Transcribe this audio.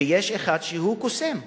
ויש אחד שהוא קוסם.